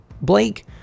Blake